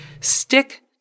stick